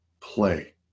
play